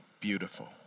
beautiful